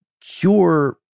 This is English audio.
cure